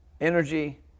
Energy